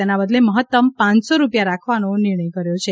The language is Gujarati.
તેના બદલે મહત્તમ પાંચસો રૂપિયા રાખવાનો નિર્ણય કર્યો છે